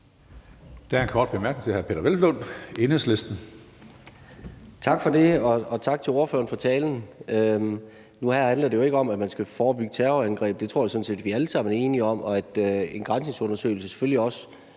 Der er en kort bemærkning til hr. Peder Hvelplund, Enhedslisten. Kl. 16:50 Peder Hvelplund (EL): Tak for det, og tak til ordføreren for talen. Nu og her handler det jo ikke om, at man skal forebygge terrorangreb. Jeg tror sådan set, vi alle sammen er enige om det og om, at en granskningsundersøgelse selvfølgelig også